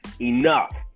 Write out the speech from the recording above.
enough